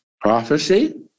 Prophecy